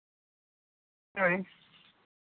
ᱦᱳᱭ